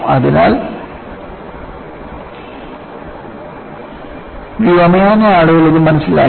അതിനാൽ വ്യോമയാന ആളുകൾ ഇത് മനസ്സിലാക്കി